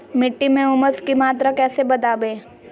मिट्टी में ऊमस की मात्रा कैसे बदाबे?